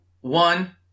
one